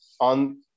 on